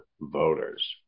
voters